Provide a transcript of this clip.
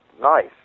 Nice